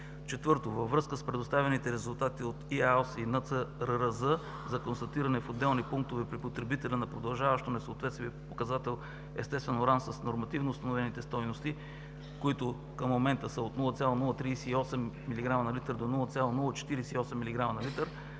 Четвърто, във връзка с предоставените резултати от ИАОС и НЦРРЗ за констатиране в отделни пунктове при потребителя на продължаващо несъответствие по показател „естествен уран“ с нормативно установените стойности, които към момента са от 0,038 мг/л, до 0,048 мг/л,